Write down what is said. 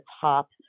top